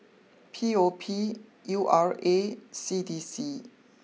P O P U R A C D C